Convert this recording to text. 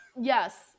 Yes